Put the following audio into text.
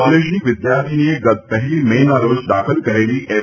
કોલેજની વિદ્યાર્થીનીએ ગત પહેલી મે ના રોજ દાખલ કરેલી એફ